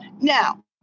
Now